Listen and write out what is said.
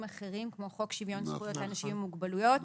אחרים כמו חוק שוויון זכויות לאנשים עם מוגבלויות,